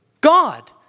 God